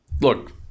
Look